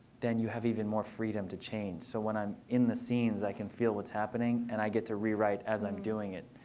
then you have even more freedom to change. so when i'm in the scenes, i can feel what's happening. and i get to rewrite as i'm doing it.